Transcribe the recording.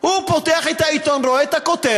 הוא פותח את העיתון, רואה את הכותרת,